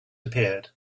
appeared